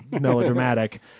melodramatic